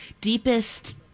deepest